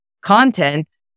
content